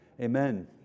Amen